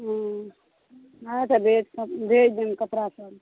हँ अच्छा भेज भेज देब कपड़ा सब